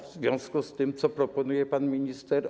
Co w związku z tym proponuje pan minister?